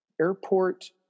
airport